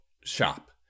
shop